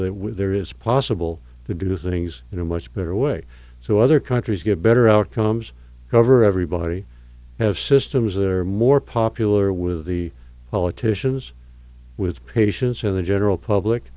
we're there is possible to do things in a much better way to other countries get better outcomes cover everybody have systems are more popular with the politicians with patients in the general public